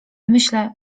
myślę